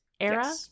era